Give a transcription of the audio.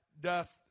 doth